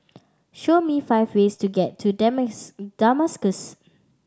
show me five ways to get to Damascus